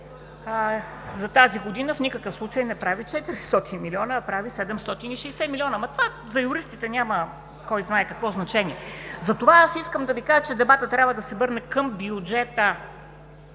За тази година в никакъв случай не прави 400 милиона, а прави 760 милиона. Но за юристите това няма кой знае какво значение. Затова искам да Ви кажа, че дебатът трябва да се върне към бюджета.